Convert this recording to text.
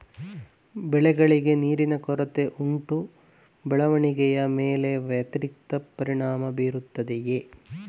ಬೆಳೆಗಳಿಗೆ ನೀರಿನ ಕೊರತೆ ಉಂಟಾ ಬೆಳವಣಿಗೆಯ ಮೇಲೆ ವ್ಯತಿರಿಕ್ತ ಪರಿಣಾಮಬೀರುತ್ತದೆಯೇ?